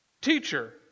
Teacher